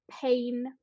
pain